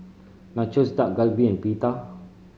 Nachos Dak Galbi and Pita